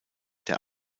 der